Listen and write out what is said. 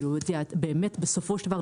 באמת בסופו של דבר,